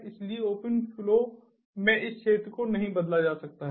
इसलिए open flow में इस क्षेत्र को नहीं बदला जा सकता है